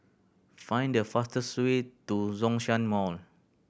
find the fastest way to Zhongshan Mall